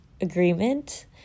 agreement